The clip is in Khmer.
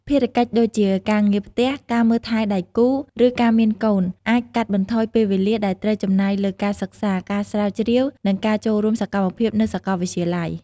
ភារកិច្ចដូចជាការងារផ្ទះ ការមើលថែដៃគូ ឬការមានកូន អាចកាត់បន្ថយពេលវេលាដែលត្រូវចំណាយលើការសិក្សា ការស្រាវជ្រាវ និងការចូលរួមសកម្មភាពនៅសកលវិទ្យាល័យ។